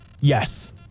Yes